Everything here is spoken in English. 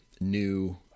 new